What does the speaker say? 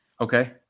okay